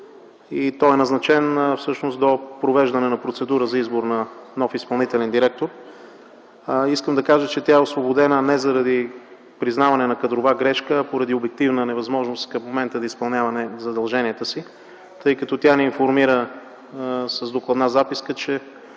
– той е назначен всъщност до провеждане на процедура за избор на нов изпълнителен директор. Тя е освободена не заради признаване на кадрова грешка, а поради обективна невъзможност към момента да изпълнява задълженията си, тъй като ни информира с докладна записка, че